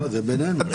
זה בינינו.